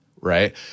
right